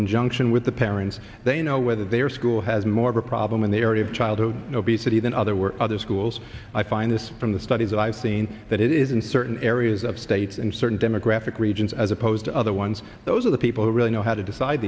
conjunction with the parents they know whether their school has more of a problem in the area of childhood obesity than other were other schools i find this from the studies that i've seen that it is in certain areas of states in certain demographic regions as opposed to other ones those are the people who really know how to decide